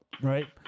Right